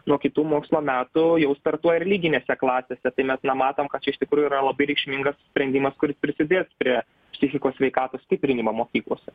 nuo kitų mokslo metų jau startuoja ir lyginėse klasėse tai mes na matom kad čia iš tikrųjų yra labai reikšmingas sprendimas kuris prisidės prie psichikos sveikatos stiprinimo mokyklose